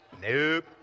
Nope